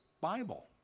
Bible